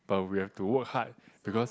but we have to work hard because